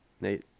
Nate